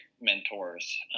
mentors